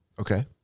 Okay